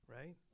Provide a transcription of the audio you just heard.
Right